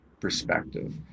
perspective